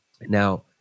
now